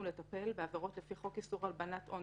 לטפל בעבירות לפי חוק איסור הלבנת הון,